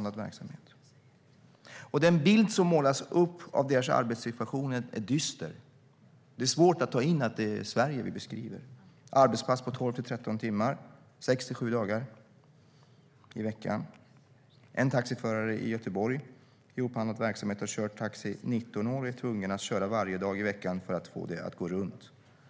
Malmö. Den bild som målas upp av deras arbetssituation är dyster. Det är svårt att ta in att det är Sverige som beskrivs. Det är arbetspass på 12-13 timmar sex sju dagar i veckan. En taxiförare i upphandlad verksamhet i Göteborg som har kört taxi i 19 år är tvungen att köra varje dag i veckan för att få det att gå runt.